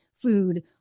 food